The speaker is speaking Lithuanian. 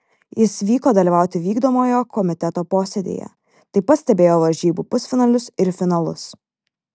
jis vyko dalyvauti vykdomojo komiteto posėdyje taip pat stebėjo varžybų pusfinalius ir finalus